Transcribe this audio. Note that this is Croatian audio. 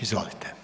Izvolite.